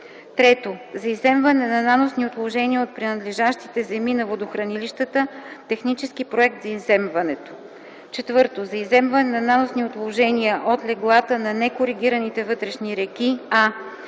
3. за изземване на наносни отложения от принадлежащите земи на водохранилищата - технически проект за изземването; 4. за изземване на наносни отложения от леглата на некоригираните вътрешни реки: а)